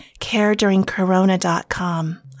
careduringcorona.com